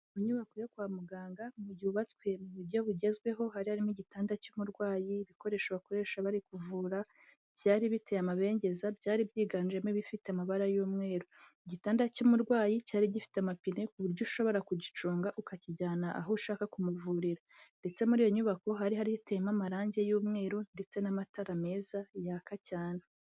Mu nyubako yo kwa muganga yubatswe mu buryo bugezweho, hari harimo igitanda cy'umurwayi, ibikoresho bakoresha bari kuvura, byari biteye amabengeza, byari byiganjemo ibifite amabara y'umweru, igitanda cy'umurwayi cyari gifite amapine ku buryo ushobora kugicunga ukakijyana aho ushaka kumuvurira, ndetse muri iyo nyubako hari hateyemo amarangi y'umweru, ndetse n'amatara meza yaka cyane.